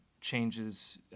changes